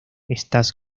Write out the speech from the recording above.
estas